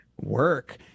Work